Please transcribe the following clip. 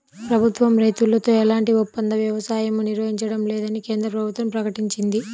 ప్రభుత్వం రైతులతో ఎలాంటి ఒప్పంద వ్యవసాయమూ నిర్వహించడం లేదని కేంద్ర ప్రభుత్వం ప్రకటించింది